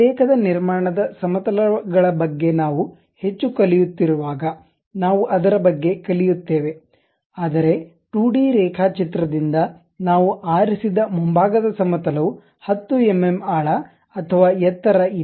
ಉಲ್ಲೇಖದ ನಿರ್ಮಾಣದ ಸಮತಲಗಳ ಬಗ್ಗೆ ನಾವು ಹೆಚ್ಚು ಕಲಿಯುತ್ತಿರುವಾಗ ನಾವು ಅದರ ಬಗ್ಗೆ ಕಲಿಯುತ್ತೇವೆ ಆದರೆ 2 ಡಿ ರೇಖಾಚಿತ್ರದಿಂದ ನಾವು ಆರಿಸಿದ ಮುಂಭಾಗದ ಸಮತಲ ವು 10 ಎಂಎಂ ಆಳ ಅಥವಾ ಎತ್ತರ ಇದೆ